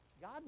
God